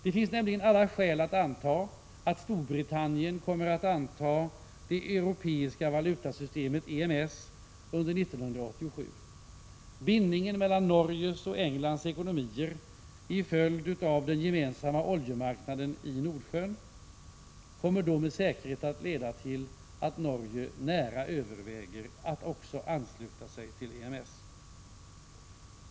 Det finns nämligen alla skäl att anta att Storbritannien under 1987 kommer att ansluta sig till det europeiska valutasystemet EMS. Bindningen mellan Norges och Englands ekonomier till följd av den gemensamma oljemarknaden i Nordsjön kommer då med säkerhet att leda till att också Norge överväger att ansluta sig till EMS.